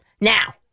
Now